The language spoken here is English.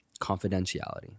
confidentiality